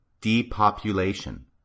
depopulation